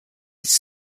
its